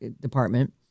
department